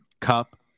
Cup